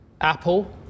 Apple